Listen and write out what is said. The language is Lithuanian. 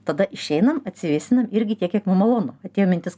tada išeinam atsivėsinam irgi tiek kiek mum malonu atėjo mintis